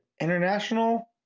International